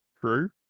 True